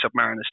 submariners